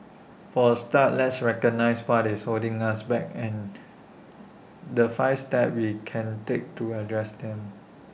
for A start let's recognize what's holding us back and the five steps we can take to address them